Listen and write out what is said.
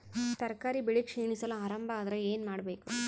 ತರಕಾರಿ ಬೆಳಿ ಕ್ಷೀಣಿಸಲು ಆರಂಭ ಆದ್ರ ಏನ ಮಾಡಬೇಕು?